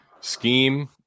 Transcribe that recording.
Scheme